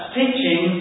teaching